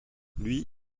lui